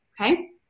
Okay